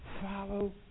Follow